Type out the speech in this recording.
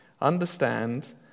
Understand